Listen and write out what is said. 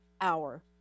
hour